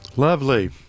Lovely